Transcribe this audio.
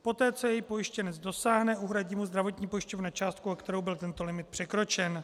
Poté co jej pojištěnec dosáhne, uhradí mu zdravotní pojišťovna částku, o kterou byl tento limit překročen.